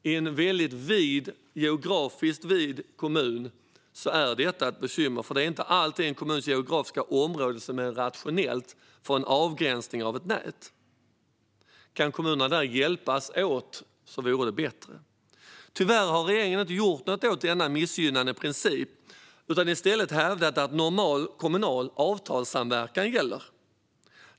I en geografiskt vid kommun är detta ett bekymmer eftersom en kommuns geografiska område inte alltid är rationellt för en avgränsning av ett nät. Om kommunerna kan hjälpas åt vore det bättre. Tyvärr har regeringen inte gjort något åt denna missgynnande princip, utan man har i stället hävdat att normal kommunal avtalssamverkan gäller.